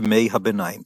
ימי הביניים